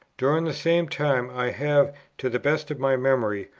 during the same time i have, to the best of my memory,